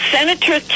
Senator